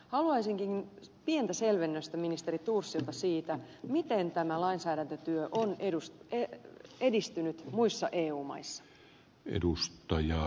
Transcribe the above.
haluaisinkin pientä selvennystä ministeri thorsilta siitä miten tämä lainsäädäntötyö on edistynyt muissa eu maissa